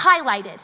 highlighted